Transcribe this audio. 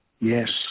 Yes